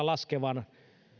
laskevan